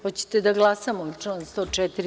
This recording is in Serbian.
Hoćete da glasamo na član 104?